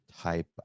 type